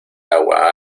agua